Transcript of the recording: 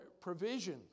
provision